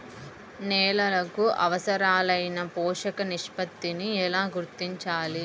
నేలలకు అవసరాలైన పోషక నిష్పత్తిని ఎలా గుర్తించాలి?